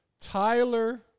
Tyler